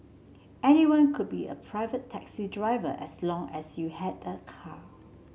anyone could be a pirate taxi driver as long as you had a car